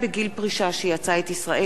ברשות יושב-ראש הישיבה,